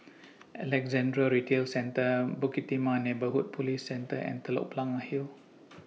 Alexandra Retail Centre Bukit Timah Neighbourhood Police Centre and Telok Blangah Hill